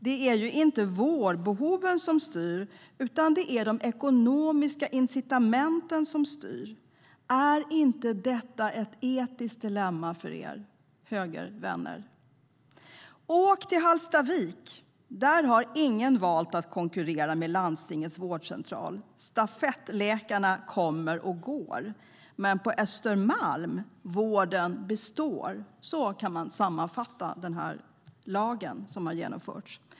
Det är ju inte vårdbehoven som styr, utan det är de ekonomiska incitamenten som styr. Är inte detta ett etiskt dilemma för er högervänner? Åk till Hallstavik! Där har ingen valt att konkurrera med landstingets vårdcentral. Stafettläkarna kommer och går, men på Östermalm valfriheten består. Så kan man sammanfatta den här lagen som har genomförts.